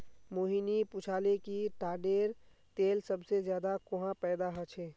मोहिनी पूछाले कि ताडेर तेल सबसे ज्यादा कुहाँ पैदा ह छे